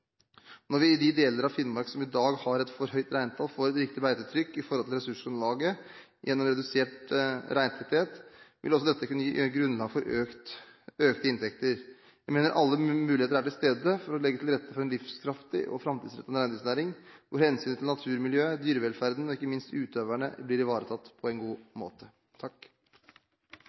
Når vi i de deler av Finnmark som i dag har et for høyt reintall, får et riktig beitetrykk i forhold til ressursgrunnlaget gjennom redusert reintetthet, vil også dette kunne gi grunnlag for økte inntekter. Jeg mener alle muligheter er til stede for å legge til rette for en livskraftig og framtidsrettet reindriftsnæring, hvor hensynet til naturmiljøet, dyrevelferden og ikke minst utøverne blir ivaretatt på en god måte.